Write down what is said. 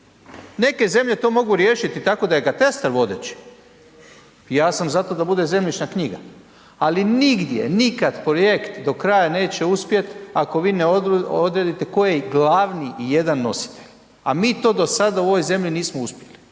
Neke zemlje to mogu riješiti tako da je katastar vodeći, ja sam zato da bude zemljišna knjiga ali nigdje, nikad projekt do kraja neće uspjeti ako ne odredite koji glavni i jedan nositelj a mi to sada u ovoj zemlji nismo uspjeli